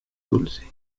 dulce